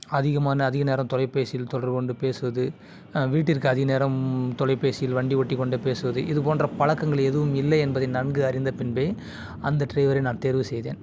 அதிகமான அதிக நேரம் தொலைப்பேசியில் தொடர்பு கொண்டு பேசுவது வீட்டிற்கு அதிக நேரம் தொலைப்பேசியில் வண்டி ஓட்டிக்கொண்டு பேசுவது இது போன்ற பழக்கங்கள் எதுவும் இல்லை என்பதை நன்கு அறிந்த பின்பே அந்த டிரைவரை நான் தேர்வு செய்தேன்